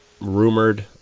rumored